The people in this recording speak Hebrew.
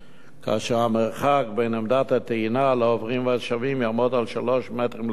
כאשר המרחק בין עמדת הטעינה לעוברים והשבים יעמוד על 3 מטרים לפחות.